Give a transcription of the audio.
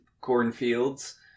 cornfields